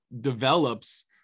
develops